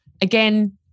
again